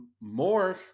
More